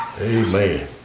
Amen